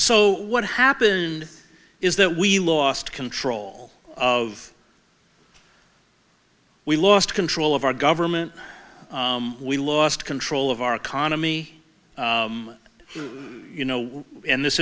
so what happened is that we lost control of we lost control of our government we lost control of our economy you know and this